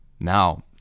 Now